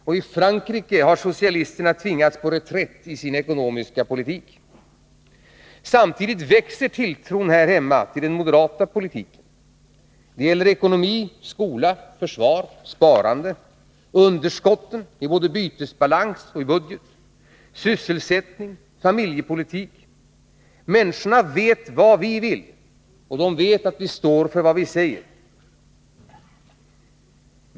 Och i Frankrike har socialisterna tvingats på reträtt i sin ekonomiska politik. Samtidigt växer tilltron här hemma till den moderata politiken. Det gäller ekonomin, skolan, försvaret, sparandet, underskotten i bytesbalansen och i budgeten, sysselsättningen och familjepolitiken. Människorna vet vad vi vill, och de vet att vi står för vad vi säger.